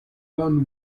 long